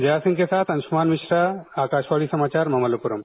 जय सिंह के साथ अंशुमान मिश्रा आकाशवाणी समाचार मामल्लपुरम